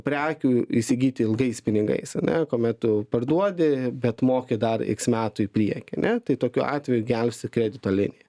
prekių įsigyti ilgais pinigais ane kuomet tu parduodi bet moki dar iks metų į priekį ane tai tokiu atveju gelbsti kredito linija